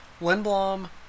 Lindblom